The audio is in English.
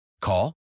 Call